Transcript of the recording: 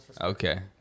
Okay